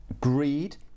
greed